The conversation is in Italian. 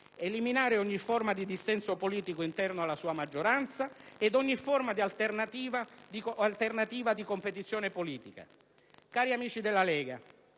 eliminare ogni forma di dissenso politico interno alla sua maggioranza e ogni forma alternativa di competizione politica. Cari amici della Lega,